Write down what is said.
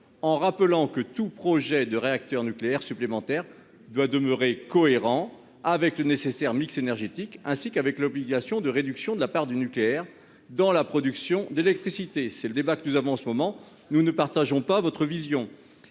en rappelant que tout projet de réacteur nucléaire supplémentaire doit demeurer cohérent avec le mix énergétique et avec l'obligation de réduction de la part du nucléaire dans la production d'électricité. C'est tout le débat que nous avons en ce moment. Nous ne partageons pas votre vision,